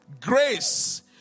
Grace